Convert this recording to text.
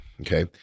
Okay